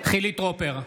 חילי טרופר,